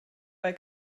bei